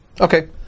Okay